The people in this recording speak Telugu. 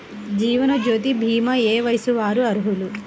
జీవనజ్యోతి భీమా ఏ వయస్సు వారు అర్హులు?